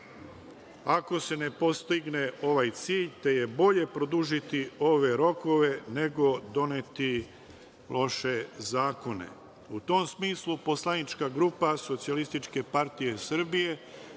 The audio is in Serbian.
ako se ne postigne ovaj cilj, te je bolje produžiti ove rokove, nego doneti loše zakone. U tom smislu, poslanička grupa SPS podržaće ovaj